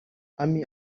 amy